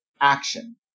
action